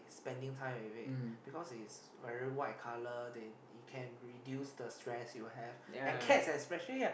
spending time with it because it's very white colour then it can reduce the stress you have and cats especially ah